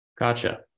Gotcha